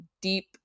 deep